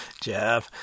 jab